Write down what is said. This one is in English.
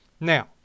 Now